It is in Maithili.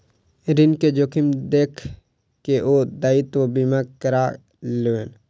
ऋण के जोखिम देख के ओ दायित्व बीमा करा लेलैन